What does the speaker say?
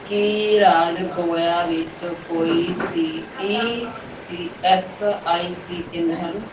ਕੀ ਰਾਜ ਗੋਆ ਵਿੱਚ ਕੋਈ C E C S I C ਕੇਂਦਰ ਹਨ